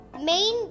main